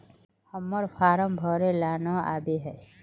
हम्मर फारम भरे ला न आबेहय?